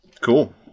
cool